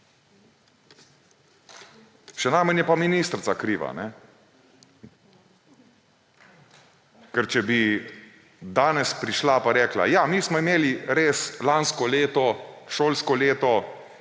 še najmanj je pa ministrica kriva. Ker če bi danes prišla in rekla – Ja, mi smo imeli res lansko šolsko leto